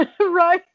Right